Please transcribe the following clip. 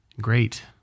Great